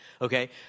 Okay